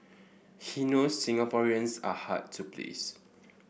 he knows Singaporeans are hard to please